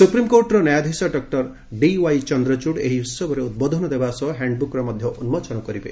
ସୁପ୍ରିମକୋର୍ଟର ନ୍ୟାୟଧିଶ ଡକ୍ର ଡିଓ୍ୱାଇ ଚନ୍ଦ୍ରଚୂଡ ଏହି ଉହବରେ ଉଦ୍ବୋଧନ ଦେବା ସହ ହ୍ୟାଶ୍ଡବୁକ୍ର ମଧ୍ୟ ଉନ୍କୋଚନ କରିବେ